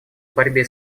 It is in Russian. борьбе